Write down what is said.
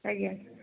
ଆଜ୍ଞା